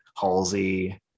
halsey